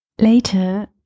later